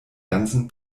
ganzen